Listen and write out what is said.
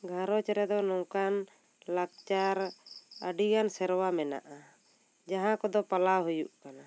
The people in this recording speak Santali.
ᱜᱷᱟᱨᱚᱸᱡᱽ ᱨᱮᱫᱚ ᱱᱚᱝᱠᱟᱱ ᱞᱟᱠᱪᱟᱨ ᱟᱹᱰᱤᱜᱟᱱ ᱥᱮᱨᱚᱣᱟ ᱢᱮᱱᱟᱜ ᱟ ᱡᱟᱦᱟᱸ ᱠᱚᱫᱚ ᱯᱟᱞᱟᱣ ᱦᱩᱭᱩᱜ ᱠᱟᱱᱟ